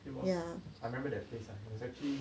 it was I remember that place ah it was actually